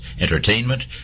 entertainment